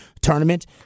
tournament